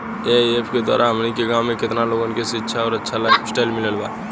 AIF के द्वारा हमनी के गांव में केतना लोगन के शिक्षा और अच्छा लाइफस्टाइल मिलल बा